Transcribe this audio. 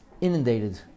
inundated